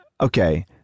Okay